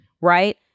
right